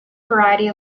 variety